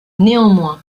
néanmoins